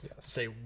Say